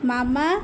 ମାମା